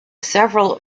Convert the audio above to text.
several